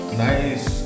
nice